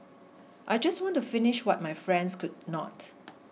I just want to finish what my friends could not